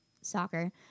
Soccer